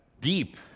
deep